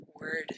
word